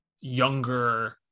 younger